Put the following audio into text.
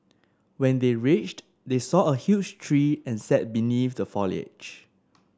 when they reached they saw a huge tree and sat beneath the foliage